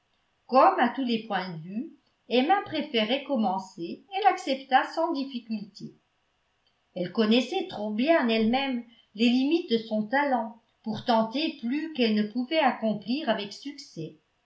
comme à tous les points de vue emma préférait commencer elle accepta sans difficulté elle connaissait trop bien elle-même les limites de son talent pour tenter plus qu'elle ne pouvait accomplir avec succès